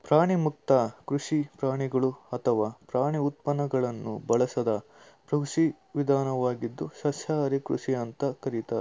ಪ್ರಾಣಿಮುಕ್ತ ಕೃಷಿ ಪ್ರಾಣಿಗಳು ಅಥವಾ ಪ್ರಾಣಿ ಉತ್ಪನ್ನಗಳನ್ನು ಬಳಸದ ಕೃಷಿ ವಿಧಾನವಾಗಿದ್ದು ಸಸ್ಯಾಹಾರಿ ಕೃಷಿ ಅಂತ ಕರೀತಾರೆ